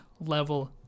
level